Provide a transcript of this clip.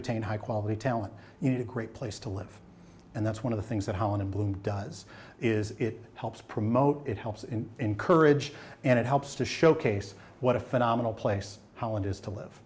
retain high quality talent in a great place to live and that's one of the things that how and bloom does is it helps promote it helps in encourage and it helps to showcase what a phenomenal place how it is to live